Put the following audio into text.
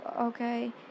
okay